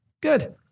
Good